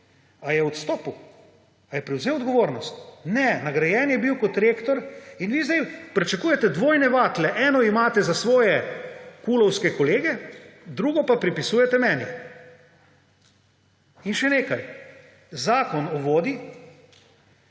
Ali je odstopil, ali je prevzel odgovornost? Ne, nagrajen je bil kot rektor in vi zdaj pričakujete dvojne vatle. Eno imate za svoje KUL-ovske kolege, drugo pa pripisujete meni. In še nekaj, Zakon o vodah,